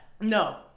No